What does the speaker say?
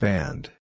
Band